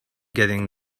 getting